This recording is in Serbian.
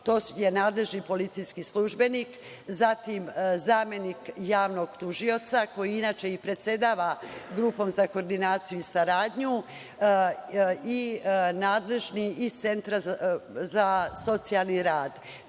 zakonom nadležni policijski službenik, zamenik javnog tužioca, koji inače i predsedava grupom za koordinaciju i saradnju, i nadležni iz Centra za socijalni rad.